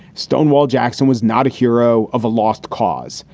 stonewall jackson was not a hero of a lost cause.